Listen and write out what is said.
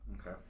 Okay